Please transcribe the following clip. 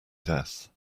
death